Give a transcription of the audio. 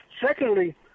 Secondly